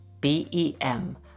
B-E-M